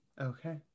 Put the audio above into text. okay